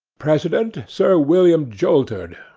president sir william joltered.